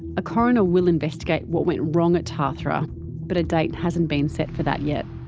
a coroner will investigate what went wrong at tathra but a date hasn't been set for that yet.